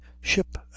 ship